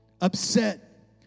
upset